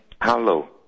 Hello